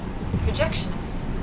Projectionist